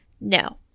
No